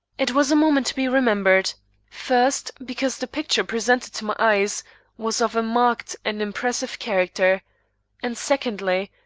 it was a moment to be remembered first, because the picture presented to my eyes was of a marked and impressive character and secondly,